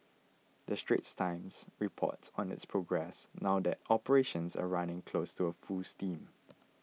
the Straits Times reports on its progress now that operations are running close to full steam